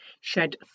shed